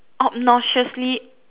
obnoxiously